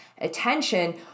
attention